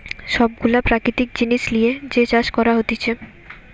সব গুলা প্রাকৃতিক জিনিস লিয়ে যে চাষ করা হতিছে